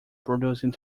producing